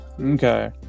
okay